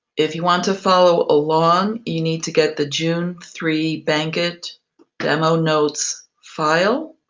if you want to follow along, you need to get the june three bankit demo notes file.